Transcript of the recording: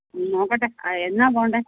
ഉം നോക്കട്ടേ എന്നാൽ പോകണ്ടേ